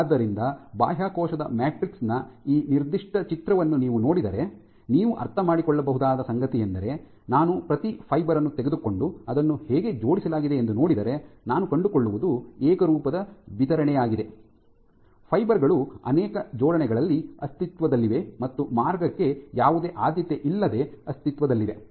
ಆದ್ದರಿಂದ ಬಾಹ್ಯಕೋಶದ ಮ್ಯಾಟ್ರಿಕ್ಸ್ ನ ಈ ನಿರ್ದಿಷ್ಟ ಚಿತ್ರವನ್ನು ನೀವು ನೋಡಿದರೆ ನೀವು ಅರ್ಥಮಾಡಿಕೊಳ್ಳಬಹುದಾದ ಸಂಗತಿಯೆಂದರೆ ನಾನು ಪ್ರತಿ ಫೈಬರ್ ಅನ್ನು ತೆಗೆದುಕೊಂಡು ಅದನ್ನು ಹೇಗೆ ಜೋಡಿಸಲಾಗಿದೆ ಎಂದು ನೋಡಿದರೆ ನಾನು ಕಂಡುಕೊಳ್ಳುವುದು ಏಕರೂಪದ ವಿತರಣೆಯಾಗಿದೆ ಫೈಬರ್ ಗಳು ಅನೇಕ ಜೋಡಣೆಗಳಲ್ಲಿ ಅಸ್ತಿತ್ವದಲ್ಲಿವೆ ಮತ್ತು ಮಾರ್ಗಕ್ಕೆ ಯಾವುದೇ ಆದ್ಯತೆ ಇಲ್ಲದೆ ಅಸ್ತಿತ್ವದಲ್ಲಿದೆ